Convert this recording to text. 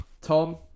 Tom